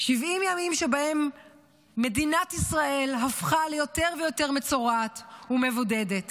70 ימים שבהם מדינת ישראל הפכה ליותר ויותר מצורעת ומבודדת,